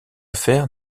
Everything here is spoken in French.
faire